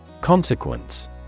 Consequence